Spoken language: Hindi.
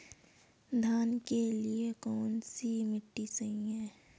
धान के लिए कौन सी मिट्टी सही है?